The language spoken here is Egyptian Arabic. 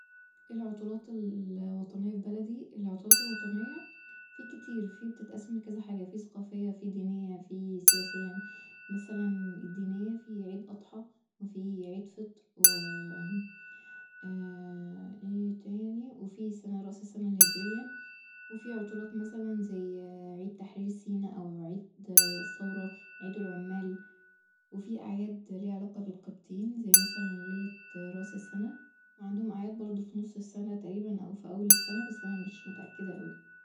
ايه العطلات ال الوطنية ف بلدي ، العطلات الوطنية في كتير في بتتقسم لكذا حاجة في ثقافية في دينية في سياسيا مثلا الدينية في عيد أضحى و في عيد فطر و ايه تاني وفي سنة راس السنة الهجرية وفي عطلات مثلا زي عيد تحرير سينا أو عيد الثورة عيد العمال وفي اعياد ليها علاقة بالقبطيين زي مثلا ليلة راس السنة وعندهم اعياد برضه ف نص السنة تقريبا أو ف أول السنة بس أنا مش متاكدة أوي